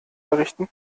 errichten